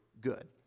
good